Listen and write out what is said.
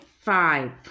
five